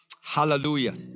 hallelujah